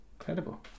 Incredible